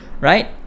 Right